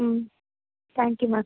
thank you ma'am